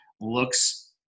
looks